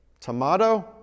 tomato